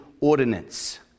ordinance